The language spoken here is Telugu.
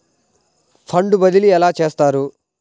ఫండ్ బదిలీ ఎలా చేస్తారు?